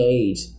age